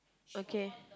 okay